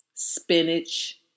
spinach